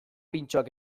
pintxoak